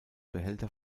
behälter